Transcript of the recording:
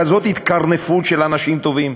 כזאת התקרנפות של אנשים טובים,